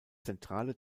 zentrale